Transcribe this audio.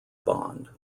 bond